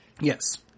Yes